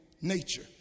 nature